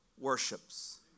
worships